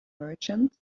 merchants